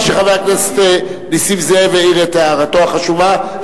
שחבר הכנסת נסים זאב יעיר את הערתו החשובה,